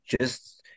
just-